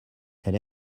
elle